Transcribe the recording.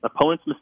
opponent's